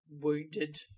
wounded